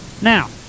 Now